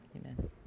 amen